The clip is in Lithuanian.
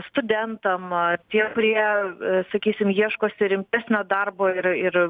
studentam tie kurie sakysim ieškosi rimtesnio darbo ir ir